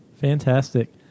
Fantastic